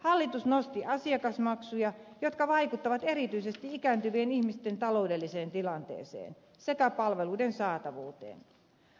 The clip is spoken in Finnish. hallitus nosti asiakasmaksuja mikä vaikuttaa erityisesti ikääntyvien ihmisten taloudelliseen tilanteeseen sekä palveluiden saatavuuteen